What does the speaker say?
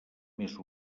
més